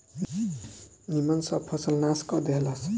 निमन सब फसल नाश क देहलस